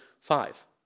five